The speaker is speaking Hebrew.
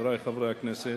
חברי חברי הכנסת,